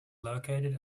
located